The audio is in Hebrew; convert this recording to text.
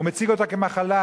הוא מציג אותו כמחלה.